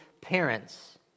parents